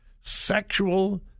sexual